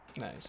Nice